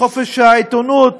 בחופש העיתונות,